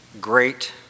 great